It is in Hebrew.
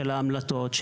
של ההמלטות,